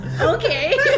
Okay